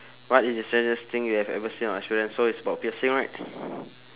what is the strangest thing you have ever seen or experience so it's about piercing right